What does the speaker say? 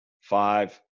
five